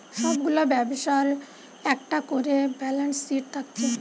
সব গুলা ব্যবসার একটা কোরে ব্যালান্স শিট থাকছে